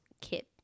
Kit